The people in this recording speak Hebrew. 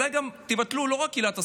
אולי גם תבטלו לא רק את עילת הסבירות,